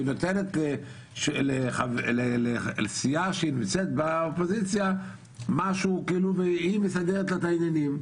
והיא נותנת לסיעה שנמצאת באופוזיציה והיא מסדרת לה את העניינים.